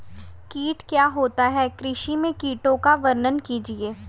कीट क्या होता है कृषि में कीटों का वर्णन कीजिए?